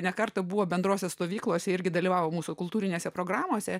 ne kartą buvo bendrose stovyklose irgi dalyvavo mūsų kultūrinėse programose